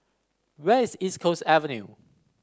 where is East Coast Avenue